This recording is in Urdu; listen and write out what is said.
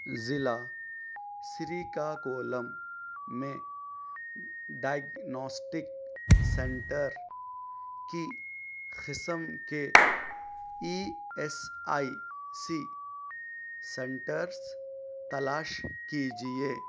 ضلع سریکاکولم میں ڈائیگناسٹک سینٹر کی قسم کے E S I C centres تلاش کیجیے